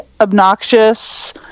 obnoxious